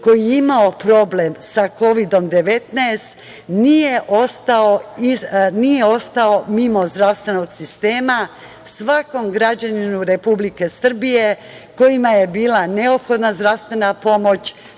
koji je imao problem sa Kovidom 19, nije ostao mimo zdravstvenog sistema. Svakom građaninu Republike Srbije kojima je bila neophodna zdravstvena pomoć,